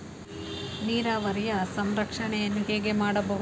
ನೀರಾವರಿಯ ಸಂರಕ್ಷಣೆಯನ್ನು ಹೇಗೆ ಮಾಡಬಹುದು?